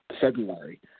February